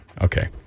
Okay